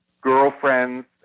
girlfriends